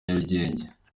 nyarugenge